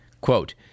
Quote